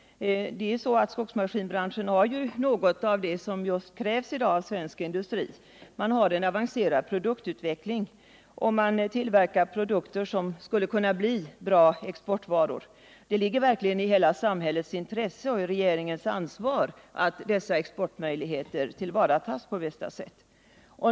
Skogsmaskinsbranschen har ju något av just det att säkra sysselsättningen i Alft som i dag krävs av svensk industri — en avancerad produktutveckling — och tillverkar produkter som skulle kunna bli bra exportvaror. Det ligger verkligen i hela samhällets intresse och det faller under regeringens ansvar att dessa exportmöjligheter tillvaratas på bästa sätt.